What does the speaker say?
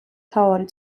მთავარი